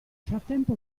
frattempo